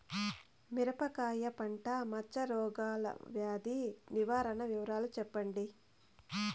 మిరపకాయ పంట మచ్చ రోగాల వ్యాధి నివారణ వివరాలు చెప్పండి?